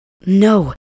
No